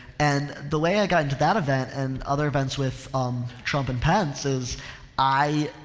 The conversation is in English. and, the way i got into that event and other events with um trump and pence is i,